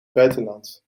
buitenland